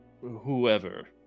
whoever